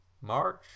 March